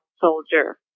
soldier